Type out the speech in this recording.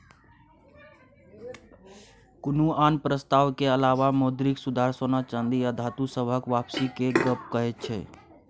कुनु आन प्रस्ताव के अलावा मौद्रिक सुधार सोना चांदी आ धातु सबहक वापसी के गप कहैत छै